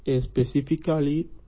specifically